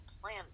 plan